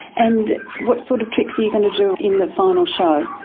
and what sort of tricks are you going to do in the final show?